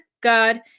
God